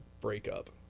breakup